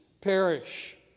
perish